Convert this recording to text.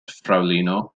fraŭlino